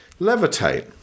levitate